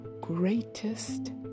greatest